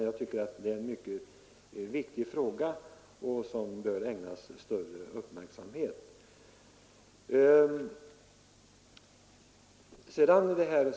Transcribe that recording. Jag tycker att det är en mycket viktig fråga, som bör ägnas större uppmärksamhet.